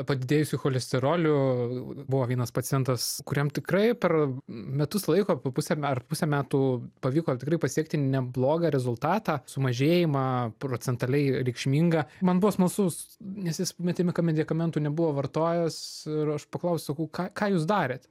padidėjusiu cholesteroliu buvo vienas pacientas kuriam tikrai per metus laiko po pusę ar pusę metų pavyko tikrai pasiekti neblogą rezultatą sumažėjimą procentaliai reikšminga man buvo smalsus nes jis metė medikamentų nebuvo vartojęs ir aš paklausiau ką jūs darėt